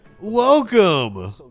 welcome